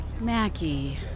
Mackie